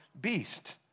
beast